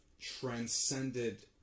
transcended